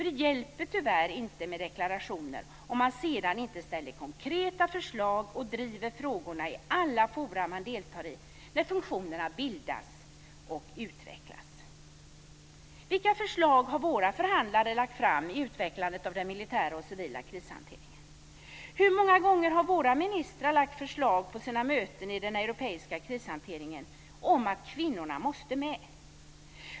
Det hjälper tyvärr inte med deklarationer om man sedan inte ställer konkreta förslag och driver frågorna i alla forum man deltar i när funktionerna bildas och utvecklas. Vilka förslag har våra förhandlare lagt fram i utvecklandet av den militära och civila krishanteringen? Hur många gånger har våra ministrar lagt förslag på sina möten i den europeiska krishanteringen om att kvinnorna måste med?